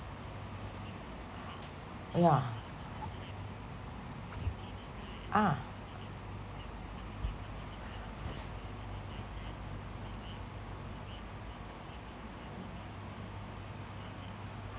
yeah ah